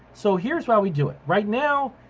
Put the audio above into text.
so here's how we do it. right now,